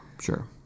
sure